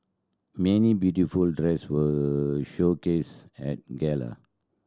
many beautiful dress were showcased at gala